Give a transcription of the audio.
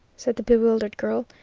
said the bewildered girl.